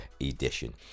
edition